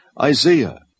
Isaiah